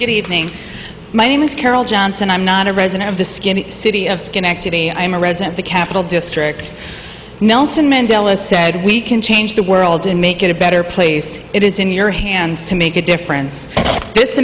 good evening my name is carol johnson i'm not a resident of the skinny city of schenectady i'm a resident the capital district nelson mandela said we can change the world and make it a better place it is in your hands to make a difference